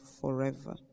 forever